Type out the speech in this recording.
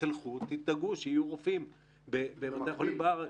תדאגו שיהיו רופאים בבתי החולים בארץ,